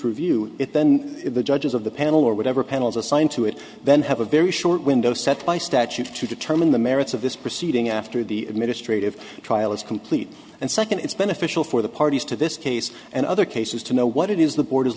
review it then the judges of the panel or whatever panels assigned to it then have a very short window set by statute to determine the merits of this proceeding after the administrative trial is complete and second it's beneficial for the parties to this case and other cases to know what it is the board is